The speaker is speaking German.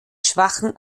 schwachen